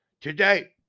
today